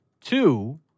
Two